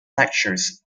lectures